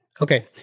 Okay